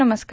नमस्कार